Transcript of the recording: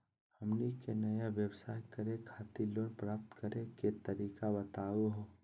हमनी के नया व्यवसाय करै खातिर लोन प्राप्त करै के तरीका बताहु हो?